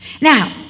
Now